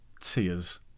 tears